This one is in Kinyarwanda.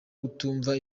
kutumva